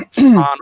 on